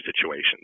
situations